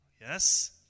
Yes